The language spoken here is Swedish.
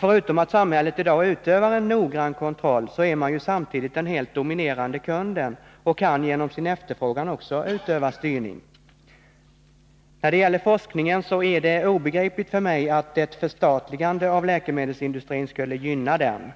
Förutom att samhället i dag utövar en noggrann kontroll är det ju samtidigt den helt dominerande kunden och kan genom sin efterfrågan också utöva styrning. När det gäller forskningen är det obegripligt för mig att ett förstatligande av läkemedelsindustrin skulle gynna denna.